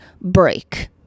break